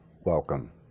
welcome